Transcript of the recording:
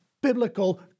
biblical